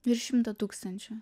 virš šimto tūkstančių